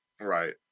Right